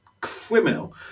criminal